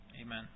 Amen